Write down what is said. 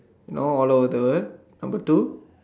you know all over the world number two